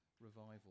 revival